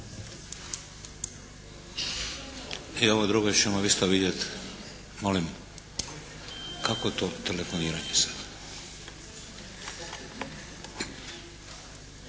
E, ovo drugo ćemo isto vidjeti. Molim? Kakvo to telefoniranje sad?